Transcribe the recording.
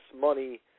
money